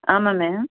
ஆமாம் மேம்